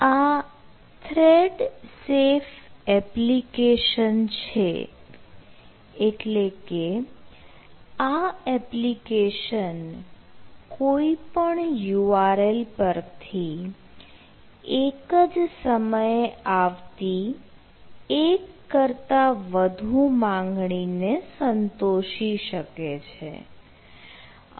આ thread safe application છે એટલે કે આ એપ્લિકેશન કોઈપણ URL પરથી એક જ સમયે આવતી એક કરતાં વધુ માંગણી ને સંતોષી શકે છે